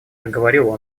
проговорил